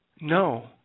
No